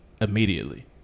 immediately